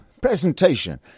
presentation